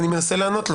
אני מנסה לענות לו.